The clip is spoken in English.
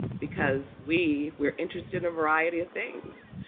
because we we're interested in a variety of things.